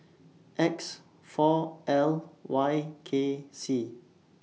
X four L Y K C